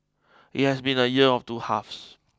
it has been a year of two halves